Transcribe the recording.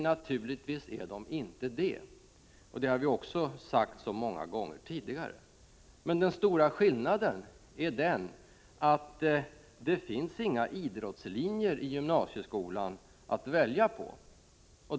Naturligtvis är de inte det, och det har vi sagt många gånger tidigare. Men den stora skillnaden är att det inte finns några idrottslinjer i gymnasieskolan att välja på.